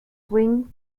swing